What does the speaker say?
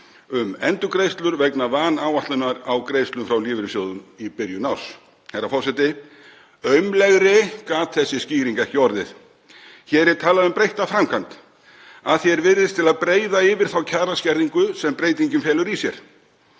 um endurgreiðslur vegna vanáætlunar á greiðslum frá lífeyrissjóðum í byrjun árs. Herra forseti. Aumlegri gat þessi skýring ekki orðið. Hér er talað um breytta framkvæmd að því er virðist til að breiða yfir þá kjaraskerðingu sem breytingin felur í sér.